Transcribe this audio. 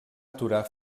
aturar